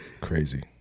crazy